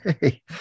Hey